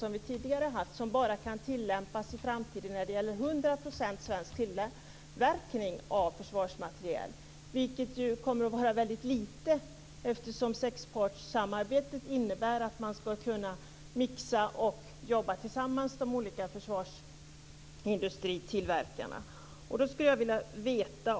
Det kan i framtiden bara tillämpas för försvarsmateriel som är av svensk tillverkning till hundra procent. Det kommer att vara en väldigt liten del, eftersom sexpartssamarbetet innebär att de olika tillverkarna inom försvarsindustrin ska kunna mixa och jobba tillsammans.